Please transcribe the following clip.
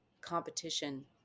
competition